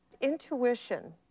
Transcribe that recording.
Intuition